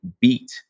beat